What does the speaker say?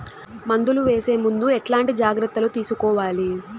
మందులు వేసే ముందు ఎట్లాంటి జాగ్రత్తలు తీసుకోవాలి?